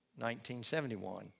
1971